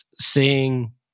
seeing